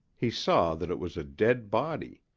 he saw that it was a dead body.